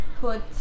put